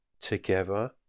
together